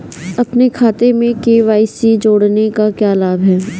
अपने खाते में के.वाई.सी जोड़ने का क्या लाभ है?